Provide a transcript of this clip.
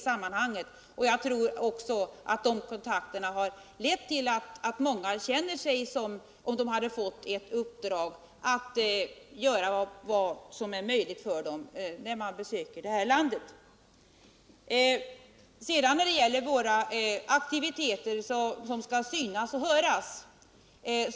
Jag tror också att de kontakterna har lett till att många känner det som om de hade fått ett uppdrag att göra vad som är möjligt när de besöker landet i fråga. Per Gahrton anser att våra aktiviteter skall synas och höras.